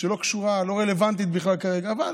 שלא קשורה, לא רלוונטית בכלל כרגע, אבל